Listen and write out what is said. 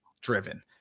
driven